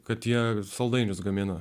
kad jie saldainius gamina